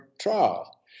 trial